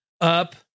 up